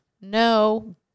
No